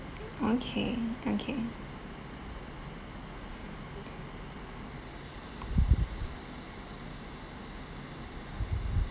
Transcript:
okay okay